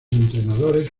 entrenadores